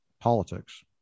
politics